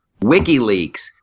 WikiLeaks